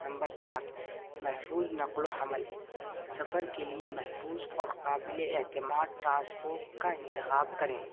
number چار محفوظ نقل و حمل سفر کے لیے محفوظ اور قابل اعتماد ٹرانسپوٹ کا انتخاب کریں